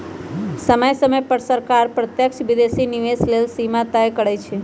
समय समय पर सरकार प्रत्यक्ष विदेशी निवेश लेल सीमा तय करइ छै